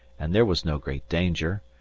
and there was no great danger,